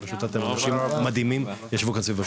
אנשים מדהימים ישבו כאן סביב השולחן,